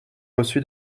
reçu